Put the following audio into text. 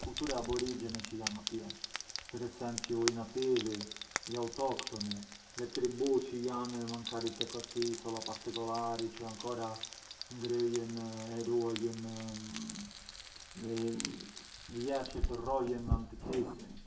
culture aborigene çë jan atje, per esempiu i nativi, gli autoctoni, le tribù çë jan mankari te qualchi isola particolari, çë ancora ngrëjën e ruajën vjershe të rrojën antichissimi.